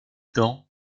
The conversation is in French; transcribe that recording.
dans